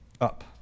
up